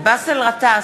באסל גטאס,